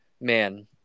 man